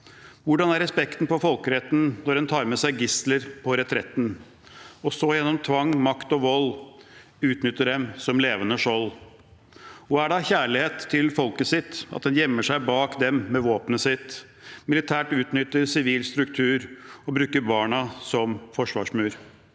Hvordan er respekten for folkeretten, når en tar med seg gisler på retretten, og så gjennom tvang, makt og vold utnytter dem som levende skjold? -------------- Er det av kjærlighet til folket sitt at man gjemmer seg bak dem med våpen, militært utnytter sivil struktur og bruker barna som forsvarsmur?